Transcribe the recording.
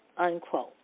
unquote